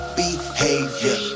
behavior